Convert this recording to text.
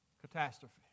catastrophe